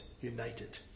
united